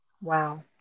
Wow